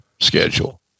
schedule